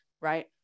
right